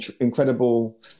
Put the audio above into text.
incredible